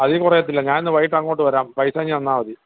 അതിൽ കുറയത്തില്ല ഞാൻ ഇന്ന് വൈകിട്ട് അങ്ങോട്ട് വരാം പൈസ ഇങ്ങു തന്നാൽ മതി